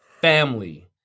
family